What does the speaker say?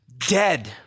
Dead